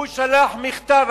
הוא שלח מכתב,